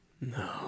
No